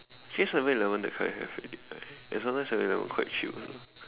actually Seven Eleven that kind have already and sometimes Seven Eleven quite cheap also